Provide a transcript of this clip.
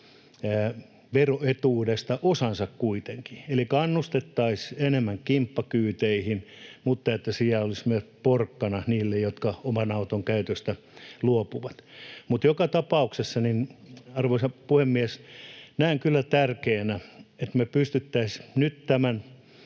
vero-etuudesta osansa. Eli kannustettaisiin enemmän kimppakyyteihin, mutta siellä olisi myös porkkana niille, jotka oman auton käytöstä luopuvat. Joka tapauksessa, arvoisa puhemies, näen kyllä tärkeänä, että me pystyttäisiin nyt tämän